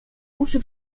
uszy